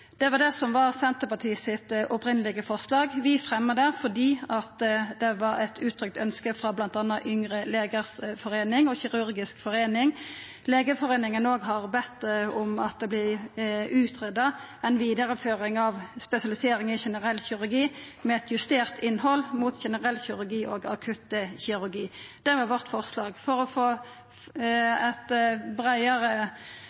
Det var det som var Senterpartiets opphavlege forslag. Vi fremja det fordi det var eit uttrykt ønske frå bl.a. Yngre legers forening og Norsk kirurgisk forening. Også Legeforeininga har bede om at det vert greia ut ei vidareføring av spesialisering i generell kirurgi med eit justert innhald mot generell kirurgi og akuttkirurgi. Det var vårt forslag. For å få